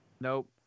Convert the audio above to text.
Nope